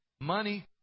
Money